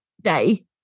Day